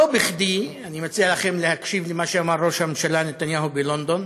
לא בכדי אני מציע לכם להקשיב למה שאמר ראש הממשלה נתניהו בלונדון.